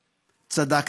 צדקתם.